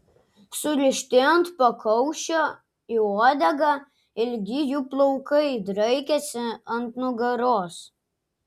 surišti ant pakaušio į uodegą ilgi jų plaukai draikėsi ant nugaros